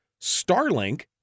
Starlink